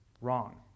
wrong